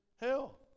hell